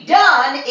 done